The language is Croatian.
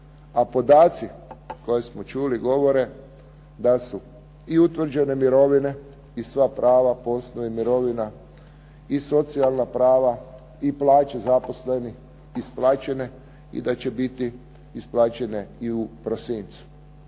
a podaci koje smo čuli govore da su i utvrđene mirovine i sva prava poslije mirovina, i socijalna prava i plaće zaposlenih isplaćene i da će biti isplaćene u prosincu.